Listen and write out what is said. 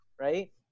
Right